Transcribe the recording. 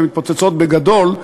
והן מתפוצצות בגדול,